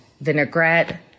Vinaigrette